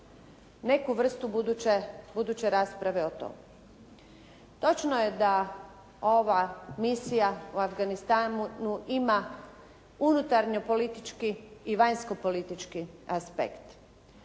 neku vrstu buduće rasprave o tome. Točno je da ova misija u Afganistanu ima unutarnjo-politički i vanjsko-politički aspekt.